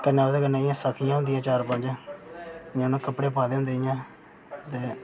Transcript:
ते कन्नै ओह्दे सखियां होंदियां चार पंज ते ब्याह्नूं कपड़े पाए दे होंदे जि'यां ते